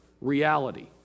reality